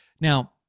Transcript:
Now